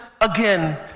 again